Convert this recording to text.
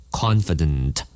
confident